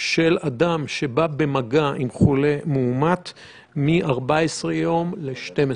של אדם שבא במגע עם חולה מאומת מ-14 יום ל-12 יום.